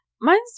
Mine's